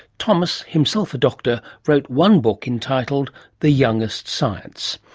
thomas, himself a doctor, wrote one book entitled the youngest science.